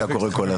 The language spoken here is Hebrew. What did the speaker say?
ככה.